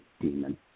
demon